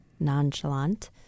Nonchalant